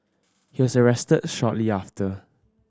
he was arrested shortly after